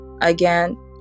Again